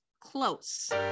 Close